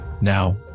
Now